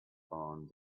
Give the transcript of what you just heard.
barn